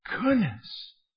goodness